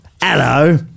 Hello